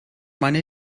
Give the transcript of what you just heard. meine